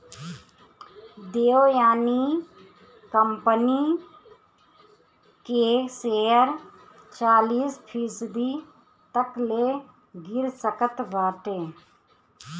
Devyani company के शेयर चालीस फीसदी तकले गिर सकत बाटे